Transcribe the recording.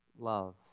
Love